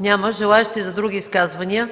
Няма. Желаещи за други изказвания?